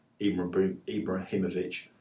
Ibrahimovic